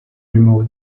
remove